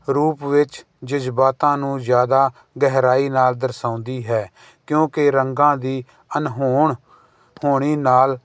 ਰੂਪ ਵਿੱਚ ਜਜ਼ਬਾਤਾਂ ਨੂੰ ਜ਼ਿਆਦਾ ਗਹਿਰਾਈ ਨਾਲ ਦਰਸਾਉਂਦੀ ਹੈ ਕਿਉਂਕਿ ਰੰਗਾਂ ਦੀ ਅਨਹੋਣ ਹੋਣੀ ਨਾਲ